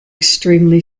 extremely